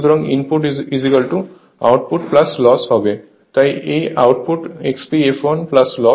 সুতরাং input output loss তাই এটি আউটপুট XPfl লস